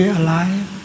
alive